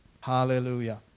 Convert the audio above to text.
Hallelujah